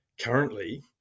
currently